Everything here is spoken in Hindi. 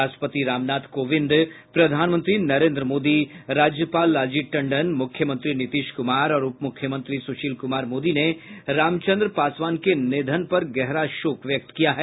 राष्ट्रपति रामनाथ कोविन्द प्रधानमंत्री नरेन्द्र मोदी राज्यपाल लालजी टंडन मुख्यमंत्री और उपमुख्यमंत्री ने रामचंद्र पासवान के निधन पर गहरा शोक व्यक्त किया है